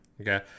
Okay